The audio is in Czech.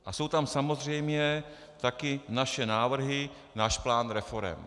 A jsou tam samozřejmě také naše návrhy, náš plán reforem.